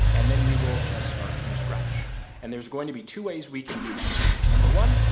and then we will just start from scratch and there's going to be two ways we can do this. number one,